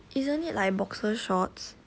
isn't it like boxer shorts